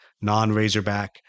non-razorback